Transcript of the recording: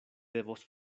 devos